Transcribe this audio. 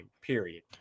period